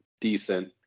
decent